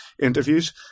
interviews